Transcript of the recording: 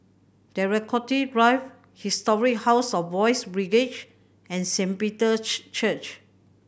Draycott Drive Historic House of Boys' Brigade and Saint Peter's Church